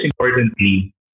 importantly